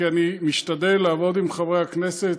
כי אני משתדל לעבוד עם חברי הכנסת,